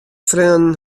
freonen